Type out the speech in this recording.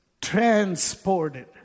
transported